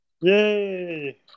Yay